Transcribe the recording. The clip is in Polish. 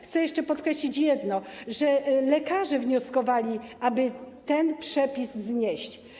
Chcę jeszcze podkreślić jedno: lekarze wnioskowali, aby ten przepis znieść.